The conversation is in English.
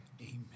Amen